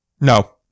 No